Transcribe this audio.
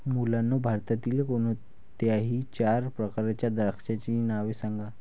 मुलांनो भारतातील कोणत्याही चार प्रकारच्या द्राक्षांची नावे सांगा